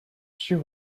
she